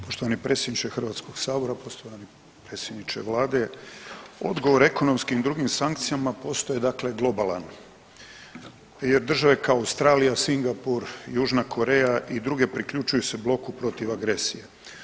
Poštovani predsjedniče Hrvatskog sabora, poštovani predsjedniče vlade, odgovor ekonomskim i drugim sankcijama postao je dakle globalan jer države kao Australija, Singapur, Južna Koreja i druge priključuju se bloku protiv agresije.